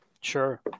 sure